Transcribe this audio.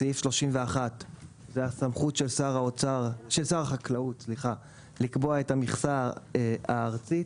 סעיף 31 זה הסמכות של שר החקלאות לקבוע את המכסה הארצית,